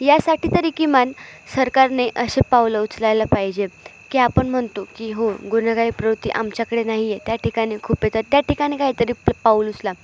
यासाठी तरी किमान सरकारने असे पावलं उचलायला पाहिजे की आपण म्हणतो की हो गुन्हेगारी प्रवृत्ती आमच्याकडे नाही आहे त्या ठिकाणी खूप येतात त्या ठिकाणी काहीतरी प पाऊल उचला